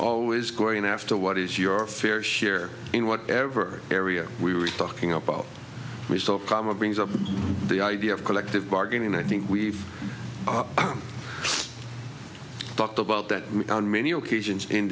always going after what is your fair share in whatever area we were talking about we saw a problem because of the idea of collective bargaining i think we've talked about that on many occasions in